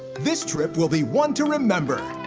this trip will be one to remember.